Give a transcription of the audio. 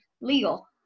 legal